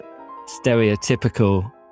stereotypical